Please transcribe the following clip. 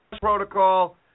protocol